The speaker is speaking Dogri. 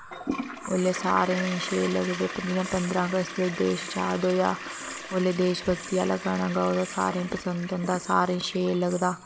ओल्लै सारें ई लगदे पंदरां अगस्त गी जेल्लै देश आजाद होआ ओल्लै जेल्लै देशभगती आह्ला गाना लाओ ते सारें ई पसंद औंदा सारें ई शैल लगदा